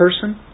person